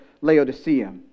Laodicea